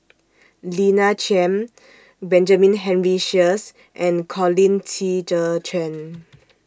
Lina Chiam Benjamin Henry Sheares and Colin Qi Zhe Quan